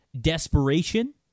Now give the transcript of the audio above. desperation